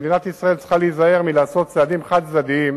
ומדינת ישראל צריכה להיזהר מלעשות צעדים חד-צדדיים,